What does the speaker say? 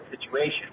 situation